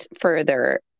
further